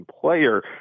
player